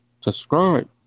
Subscribe